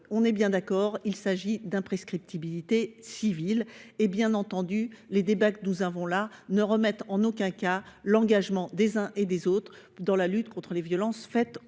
sommes bien d’accord, il s’agit d’imprescriptibilité civile. Et, bien entendu, les débats que nous avons là ne remettent nullement en question l’engagement des uns et des autres dans la lutte contre les violences faites aux